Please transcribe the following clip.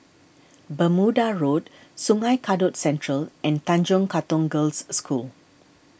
Bermuda Road Sungei Kadut Central and Tanjong Katong Girls' School